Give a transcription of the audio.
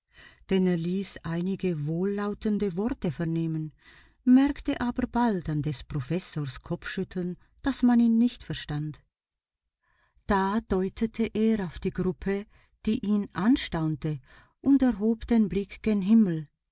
denn er ließ einige wohllautende worte vernehmen merkte aber bald an des professors kopfschütteln daß man ihn nicht verstand da deutete er auf die gruppe die ihn anstaunte und erhob den blick gen himmel